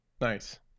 Nice